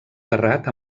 terrat